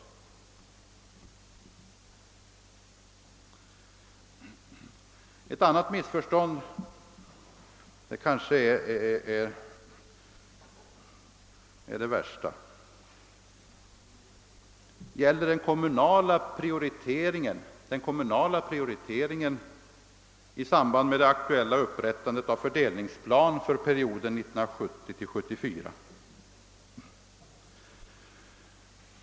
Ett ytterligare missförstånd — det kanske är herr Ohlins värsta — gäller den kommunala prioriteringen i samband med det aktuella upprättandet av fördelningsplan för perioden 1970— 1974.